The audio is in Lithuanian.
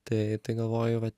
tai tai galvoju va